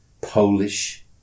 Polish